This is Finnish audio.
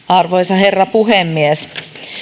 arvoisa herra puhemies